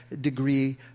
degree